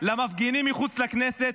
למפגינים מחוץ לכנסת,